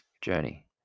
Journey